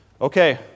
Okay